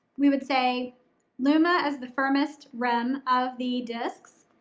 we would say lumma as the firmest rim of the discs,